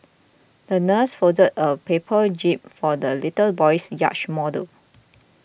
the nurse folded a paper jib for the little boy's yacht model